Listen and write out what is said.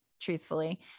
truthfully